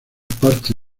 parte